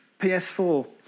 PS4